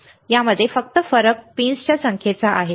फरक फक्त पिनची संख्या आहे